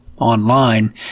online